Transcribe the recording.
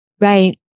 Right